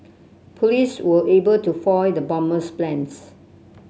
police were able to foil the bomber's plans